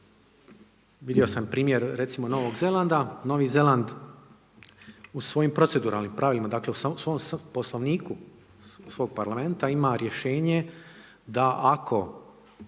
Vidio sam primjer recimo Novog Zelanda, Novi Zeland u svojim proceduralnim pravima, dakle u svom Poslovniku svog Parlamenta ima rješenje da ako